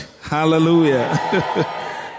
Hallelujah